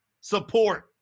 support